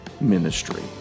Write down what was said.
ministry